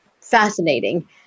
fascinating